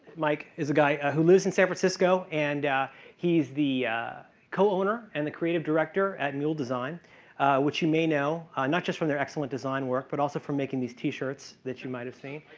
mike is a guy who lives in san francisco and he's the co-owner and the creative director at mule design which you may now not just from their excellent desire work but also for making these t-shirts that you might have seen.